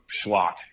schlock